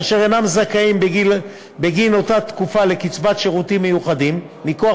ואשר אינם זכאים בגין אותה התקופה לקצבת שירותים מיוחדים מכוח